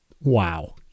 wow